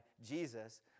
Jesus